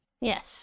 Yes